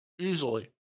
Easily